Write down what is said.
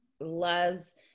loves